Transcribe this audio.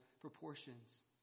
proportions